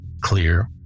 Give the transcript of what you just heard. Clear